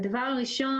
הדבר הראשון,